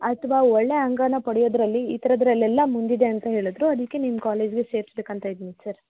ಅಥವಾ ಒಳ್ಳೆಯ ಅಂಕನ ಪಡೆಯೋದರಲ್ಲಿ ಈ ಥರದಲ್ಲೆಲ್ಲ ಮುಂದಿದೆ ಅಂತ ಹೇಳಿದ್ರು ಅದಕ್ಕೆ ನಿಮ್ಮ ಕಾಲೇಜ್ಗೆ ಸೇರಿಸ್ಬೇಕಂತ ಇದ್ದೀನಿ ಸರ್